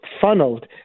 funneled